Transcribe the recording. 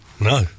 No